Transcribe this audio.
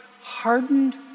hardened